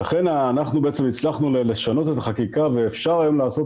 לכן אנחנו בעצם הצלחנו לשנות את החקיקה ואפשר היום לעשות